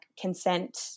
consent